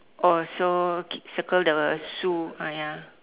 oh so circle the Sue ah ya